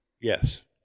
Yes